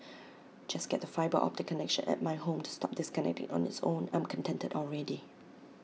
just get the fibre optic connection at my home to stop disconnecting on its own I'm contented already